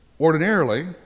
ordinarily